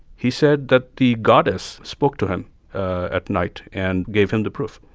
he said that the goddess spoke to him at night and gave him the proof.